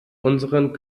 unseren